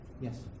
Yes